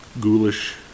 ghoulish